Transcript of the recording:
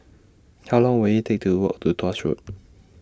How Long Will IT Take to Walk to Tuas Road